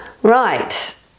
Right